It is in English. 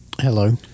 Hello